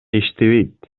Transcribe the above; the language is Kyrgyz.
иштебейт